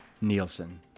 Nielsen